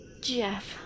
Jeff